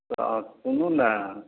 तऽ आओर सुनू ने